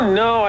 no